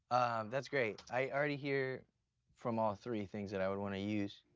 that's great. i already hear from all three things that i would wanna use.